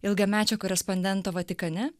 ilgamečio korespondento vatikane